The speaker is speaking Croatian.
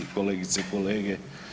kolegice i kolege.